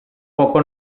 poco